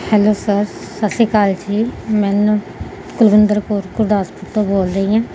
hello sir ਸਤਿ ਸ਼੍ਰੀ ਅਕਾਲ ਜੀ ਮੈਨੂੰ ਕੁਲਵਿੰਦਰ ਕੌਰ ਗੁਰਦਾਸਪੁਰ ਤੋਂ ਬੋਲ ਰਹੀ ਹਾਂ